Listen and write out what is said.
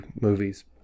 movies